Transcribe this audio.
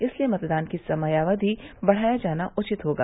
इसलिये मतदान की समयावधि बढ़ाया जाना उचित होगा